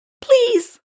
please